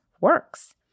works